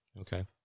Okay